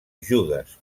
judes